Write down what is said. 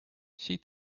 she